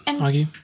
argue